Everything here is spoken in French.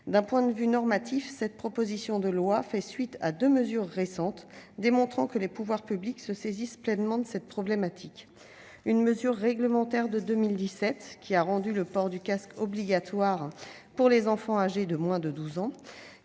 D'un point de vue normatif, cette proposition de loi fait suite à deux mesures récentes démontrant que les pouvoirs publics se saisissent pleinement de la problématique : une mesure réglementaire de 2017 a rendu le port du casque obligatoire pour les enfants âgés de moins de 12 ans,